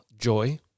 joy